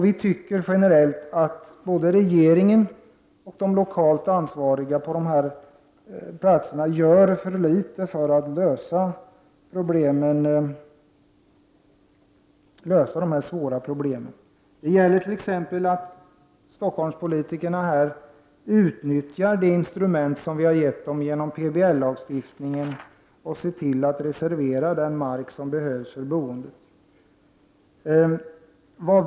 Rent generellt tycker vi att både regeringen och de lokalt ansvariga i storstäderna gör för litet för att lösa dessa svåra problem. Stockholmspolitikerna måste exempelvis utnyttja det instrument som vi har gett dem genom PBL och se till att reservera den mark som behövs för boende.